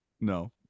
No